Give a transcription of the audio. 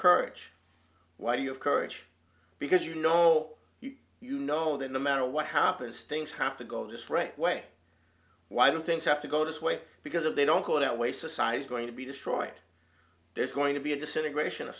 courage why do you have courage because you know you know that no matter what happens things have to go just right way why do things have to go this way because of they don't call it that way society is going to be destroyed there's going to be a disintegration of